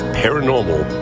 paranormal